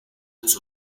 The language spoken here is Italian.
uso